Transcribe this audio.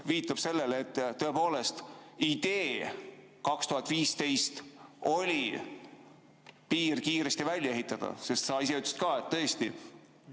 viitab sellele, et tõepoolest, 2015 oli idee piir kiiresti välja ehitada, sest sa ise ütlesid ka, et Eesti